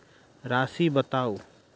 राशि बताउ